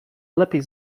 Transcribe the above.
lepiej